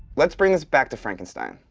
let's bring this back to frankenstein.